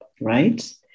right